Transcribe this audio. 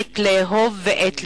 עת לאהוב ועת לשנוא,